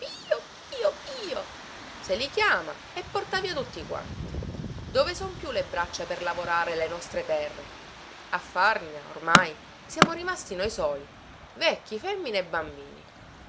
pïo pïo pïo se li chiama e porta via tutti quanti dove son più le braccia per lavorare le nostre terre a farnia ormai siamo rimasti noi soli vecchi femmine e bambini